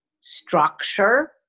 structure